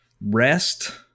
rest